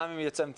גם אם יצמצמו,